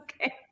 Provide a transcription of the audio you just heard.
okay